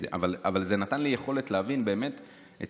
אבל זה נתן לי יכולת להבין את האינטראקציה